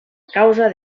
causa